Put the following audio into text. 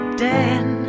den